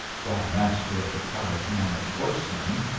while master of the talismanic horse man,